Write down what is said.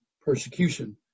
persecution